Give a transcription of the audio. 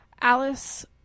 Alice